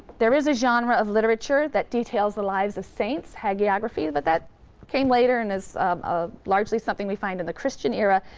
there is a genre of literature that details the lives of saints, hagiography, but that came later and is largely something we find in the christian era.